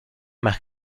más